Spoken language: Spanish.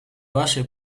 base